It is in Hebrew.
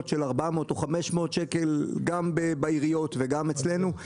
של 400 או 500 שקלים גם בעיריות וגם אצלנו.